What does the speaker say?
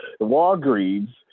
Walgreens